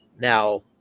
Now